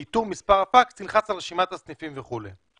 לאיתור מספר הפקס, לחץ על רשימת הסניפים וכולי.